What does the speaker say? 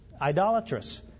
idolatrous